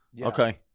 Okay